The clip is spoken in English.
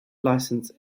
licence